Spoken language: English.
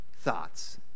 thoughts